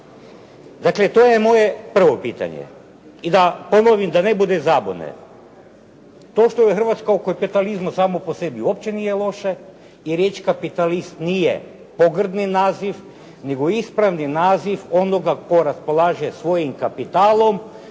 Dakle, to je moje prvo pitanje. I da ponovim da ne bude zabune. To što je Hrvatska u kapitalizmu samo po sebi uopće nije loše i riječ kapitalist nije pogrdni naziv nego ispravni naziv onoga tko raspolaže svojim kapitalom